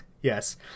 yes